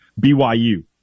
BYU